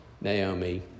Naomi